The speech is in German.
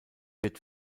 wird